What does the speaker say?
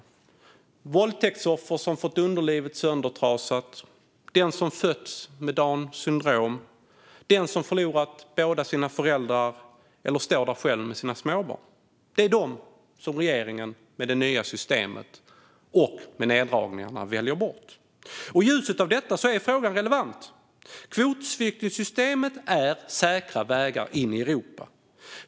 Det handlar om våldtäktsoffer som fått underlivet söndertrasat, den som fötts med Downs syndrom, den som förlorat båda sina föräldrar eller den som står ensam med sina småbarn. Det är dessa som regeringen väljer bort i och med det nya systemet och neddragningarna. I ljuset av detta är frågan relevant. Kvotflyktingsystemet utgör en säker väg in i Europa.